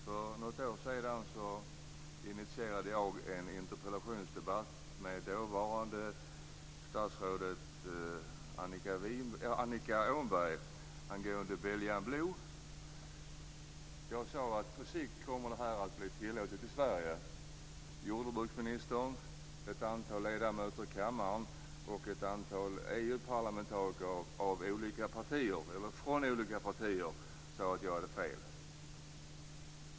För något år sedan initierade jag en interpellationsdebatt med dåvarande statsrådet Annika Åhnberg angående belgian blue. Jag sade då att den rasen på sikt kommer att bli tillåten på sikt i Sverige. Jordbruksministern, ett antal ledamöter i kammaren och ett antal EU-parlamentariker från olika partier sade att jag hade fel.